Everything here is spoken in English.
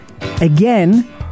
Again